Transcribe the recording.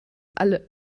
alle